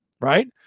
right